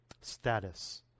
Status